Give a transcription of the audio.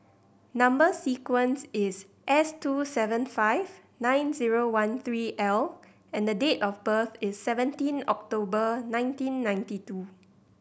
number sequence is S two seven five nine zero one three L and date of birth is seventeen October nineteen ninety two